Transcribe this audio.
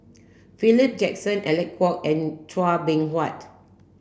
Philip Jackson Alec Kuok and Chua Beng Huat